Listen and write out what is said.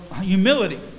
humility